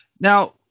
Now